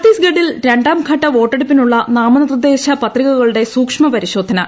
ഛത്തീസ്ഗഢിൽ രണ്ടാം ഘട്ട വോട്ടെടുപ്പിനുള്ള നാമനിർദ്ദേശ ന് പത്രികകളുടെ സൂക്ഷ്മപരിശോധന ഇന്ന്